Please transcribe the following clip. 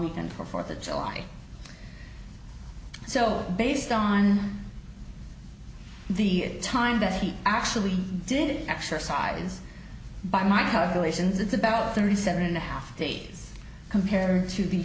weekend for fourth of july so based on the time that he actually did exercise by my calculations it's about thirty seven and a half days compared to